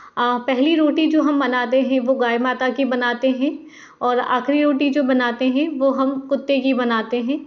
पहली रोटी जो हम बनाते हैं वो गाय माता की बनाते हैं और आख़िरी रोटी जो बनाते हैं वो हम कुत्ते की बनाते हैं